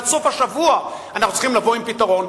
עד סוף השבוע אנחנו צריכים לבוא עם פתרון,